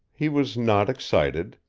he was not excited.